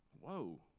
Whoa